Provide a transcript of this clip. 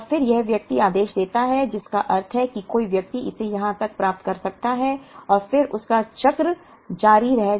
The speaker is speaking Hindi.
और फिर यह व्यक्ति आदेश देता है जिसका अर्थ है कि कोई व्यक्ति इसे यहां तक प्राप्त कर सकता है और फिर उसका चक्र जारी रह सकता है